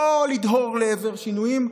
לא לדהור לעבר שינויים,